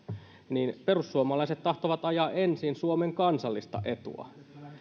niin perussuomalaiset tahtovat ajaa ensin suomen kansallista etua